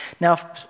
Now